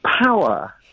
power